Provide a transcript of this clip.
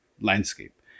landscape